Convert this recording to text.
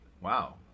Wow